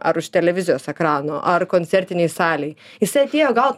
ar už televizijos ekrano ar koncertinėj salėj jis atėjo gaut